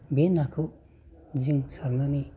बे नाखौ जों सारनानै